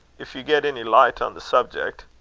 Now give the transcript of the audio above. if you get any light on the subject